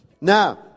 Now